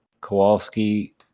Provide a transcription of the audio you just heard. Kowalski